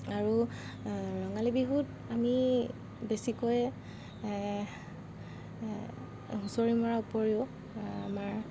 আৰু ৰঙালী বিহুত আমি বেছিকৈ হুঁচৰি মৰাৰ উপৰিও আমাৰ